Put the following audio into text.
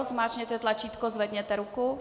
Zmáčkněte tlačítko, zvedněte ruku.